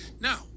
Now